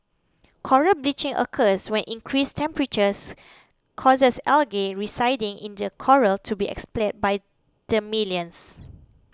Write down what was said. coral bleaching occurs when increased temperatures causes algae residing in the coral to be expelled by the millions